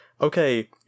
okay